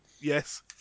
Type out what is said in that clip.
yes